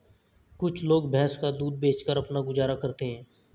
कुछ लोग भैंस का दूध बेचकर अपना गुजारा करते हैं